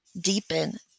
deepen